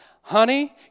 honey